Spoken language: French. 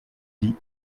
dit